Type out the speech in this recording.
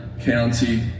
county